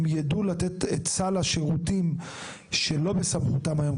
הם יידעו לתת עצה לשירותים שלא בסמכותם היום,